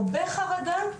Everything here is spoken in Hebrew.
הרבה חרדה,